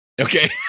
Okay